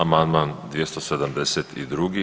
Amandman 272.